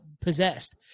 possessed